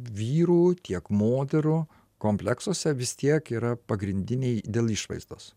vyrų tiek moterų kompleksuose vis tiek yra pagrindiniai dėl išvaizdos